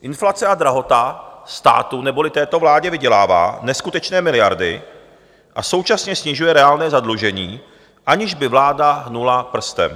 Inflace a drahota státu, neboli této vládě, vydělává neskutečné miliardy a současně snižuje reálné zadlužení, aniž by vláda hnula prstem.